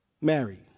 married